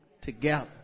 together